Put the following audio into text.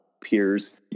peers